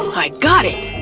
i got it!